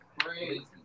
crazy